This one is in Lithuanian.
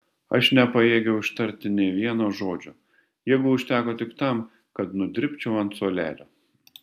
aš nepajėgiau ištarti nė vieno žodžio jėgų užteko tik tam kad nudribčiau ant suolelio